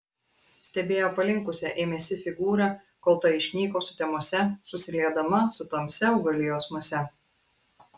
stebėjo palinkusią ėmėsi figūrą kol ta išnyko sutemose susiliedama su tamsia augalijos mase